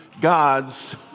God's